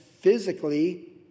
physically